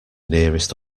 nearest